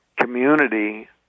community